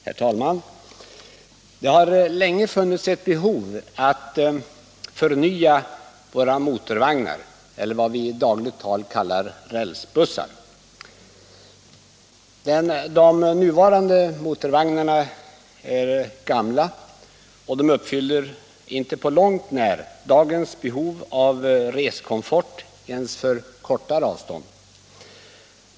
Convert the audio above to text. Herr talman! Det har länge funnits ett behov av att förnya våra motorvagnar — eller vad vi i dagligt tal kallar rälsbussar — inom SJ. De nuvarande motorvagnarna är gamla och uppfyller inte på långt när dagens behov av reskomfort ens för kortare avstånd.